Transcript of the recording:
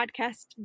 podcast